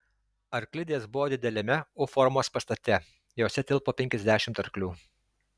arklidės buvo dideliame u formos pastate jose tilpo penkiasdešimt arklių